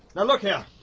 now look here!